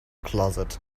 closet